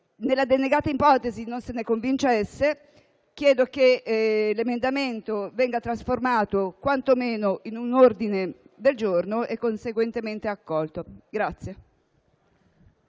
Nella denegata ipotesi in cui non se ne convincesse, chiedo che l'emendamento venga trasformato quantomeno in un ordine del giorno e conseguentemente accolto.